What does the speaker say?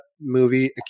movie